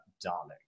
darling